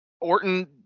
Orton